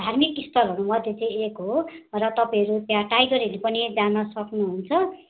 धार्मिक स्थलहरूमध्ये चाहिँ एक हो र तपाईँहरू त्यहाँ टाइगर हिल पनि जान सक्नुहुन्छ